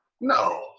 no